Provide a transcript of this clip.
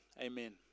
Amen